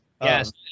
Yes